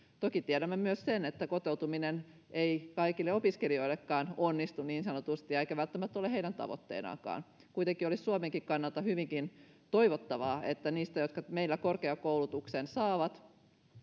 toki tiedämme myös sen että kotoutuminen ei kaikilta opiskelijoiltakaan onnistu niin sanotusti eikä välttämättä ole heidän tavoitteenaankaan kuitenkin olisi suomenkin kannalta hyvinkin toivottavaa että ne jotka meillä korkeakoulutuksen saavat